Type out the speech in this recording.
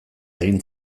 egin